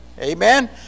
amen